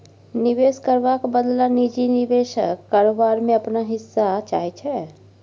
निबेश करबाक बदला निजी निबेशक कारोबार मे अपन हिस्सा चाहै छै